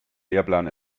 lehrplan